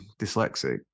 dyslexic